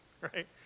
right